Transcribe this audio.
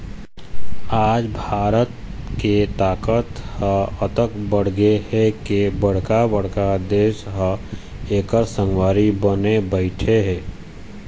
आज भारत के ताकत ह अतेक बाढ़गे हे के बड़का बड़का देश ह एखर संगवारी बने बइठे हे